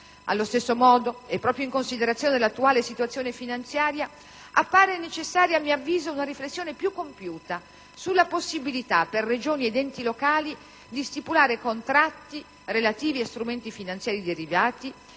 Allo stesso modo, e proprio in considerazione dell'attuale situazione finanziaria, appare necessaria, a mio avviso, una riflessione più compiuta sulla possibilità per Regioni ed enti locali di stipulare contratti relativi a strumenti finanziari derivati